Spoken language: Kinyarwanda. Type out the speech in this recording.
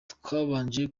twabanje